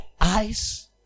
eyes